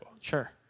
Sure